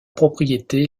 propriétés